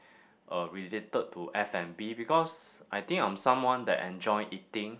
uh related to F and B because I think I am someone that enjoy eating